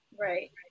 Right